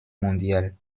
mondial